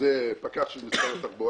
שזה פקח של משרד התחבורה